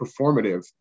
performative